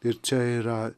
ir čia yra